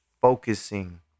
focusing